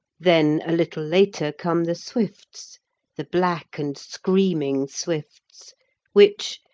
then, a little later, come the swifts the black and screaming swifts which,